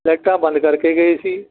ਲੈਟਾਂ ਬੰਦ ਕਰਕੇ ਗਏ ਸੀ